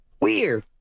weird